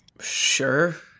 Sure